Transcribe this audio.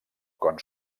con